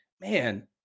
man